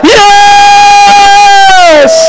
yes